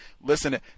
Listen